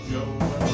Joe